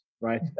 right